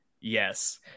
Yes